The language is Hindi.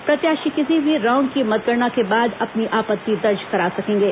प्रत्याशी किसी भी राउंड की मतगणना के बाद अपनी आपत्ति दर्ज करा सकेंगे